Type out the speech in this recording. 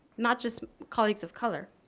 not just colleagues of color,